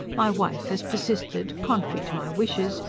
my wife has persisted, contrary to my wishes,